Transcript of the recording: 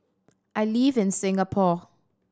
I live in Singapore